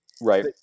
Right